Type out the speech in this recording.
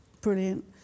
Brilliant